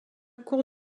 cour